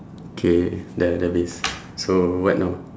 okay dah dah habis so what now